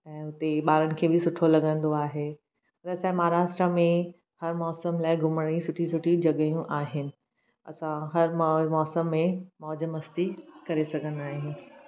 ऐं उते ॿारनि खे बि सुठो लॻंदो आहे वैसे महाराष्ट्रा में हर मौसमु लाइ घुमण लाइ सुठियूं सुठियूं जॻहियूं आहिनि